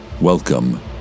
Welcome